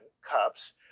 cups